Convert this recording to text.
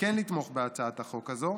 כן לתמוך בהצעת החוק הזו,